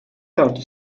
county